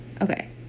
okay